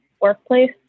workplace